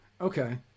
Okay